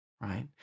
right